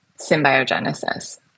symbiogenesis